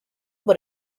but